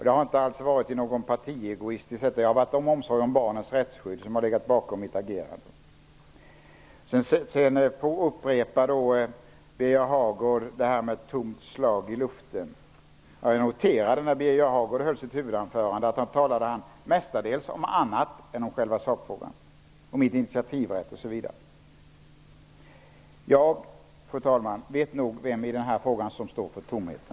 Det har inte alls varit någon partiegoism i detta, utan det är omsorgen om barnens rättsskydd som har legat bakom mitt agerande. Birger Hagård upprepar talet om ett tomt slag i luften. Jag noterade att Birger Hagård i sitt huvudanförande mestadels talade om annat än om själva sakfrågan -- om initiativrätt osv. Fru talman! Jag vet nog vem som i denna fråga står för tomheterna.